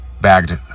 bagged